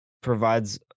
provides